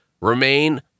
remain